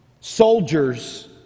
soldiers